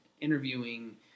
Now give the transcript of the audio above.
interviewing